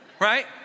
Right